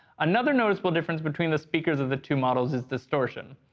another noticeable difference between the speakers of the two models is distortion.